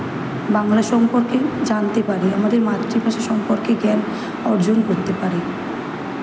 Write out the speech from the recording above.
বাংলা সম্পর্কে জানতে পারে আমাদের মাতৃভাষা সম্পর্কে জ্ঞান অর্জন করতে পারে